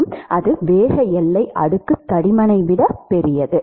மற்றும் அது வேக எல்லை அடுக்கு தடிமனை விட பெரியது